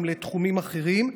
אחר כך זה זולג גם לתחומים אחרים.